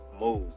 move